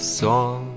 song